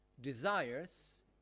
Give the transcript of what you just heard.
desires